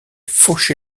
fauché